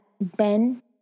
Ben